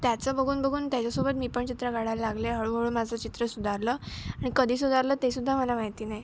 त्याचं बघून बघून त्याच्यासोबत मी पण चित्र काढायला लागले हळूहळू माझं चित्र सुधारलं आणि कधी सुधारलं तेसुद्धा मला माहिती नाही